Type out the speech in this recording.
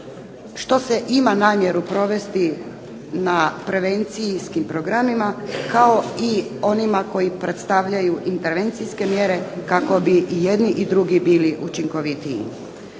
što se ima namjeru provesti na prevencijskim programima kao i onima koji predstavljaju intervencijske mjere kako bi i jedni i drugi bili učinkovitiji.